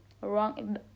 wrong